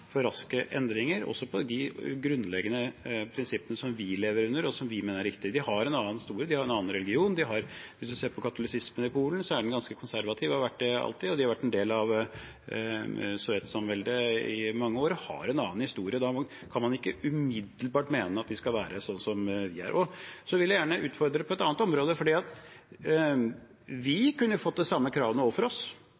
for for raske endringer, også på de grunnleggende prinsippene som vi lever under, og som vi mener er riktige. De har en annen historie, de har en annen religion, og hvis man ser på katolisismen i Polen, er den ganske konservativ og har alltid vært det. De var en del av Sovjetsamveldet i mange år og har en annen historie. Da kan man ikke umiddelbart mene at de skal være som vi er. Så vil jeg gjerne utfordre på et annet område.